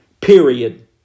period